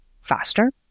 faster